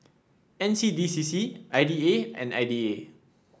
N C D C C I D A and I D A